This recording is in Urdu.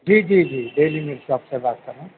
جی جی جی ڈیلی میٹ شاپ سے بات کر رہا ہوں